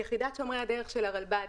יחידת שומרי הדרך של הרלב"ד,